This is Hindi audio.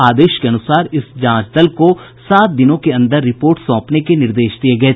आदेश के अनुसार इस जांच दल को सात दिनों के अंदर रिपोर्ट सौंपने का निर्देश दिया गया था